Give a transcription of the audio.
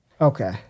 Okay